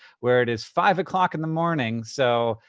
where it is five o'clock in the morning. so,